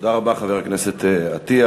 תודה רבה, חבר הכנסת אטיאס.